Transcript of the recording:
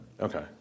Okay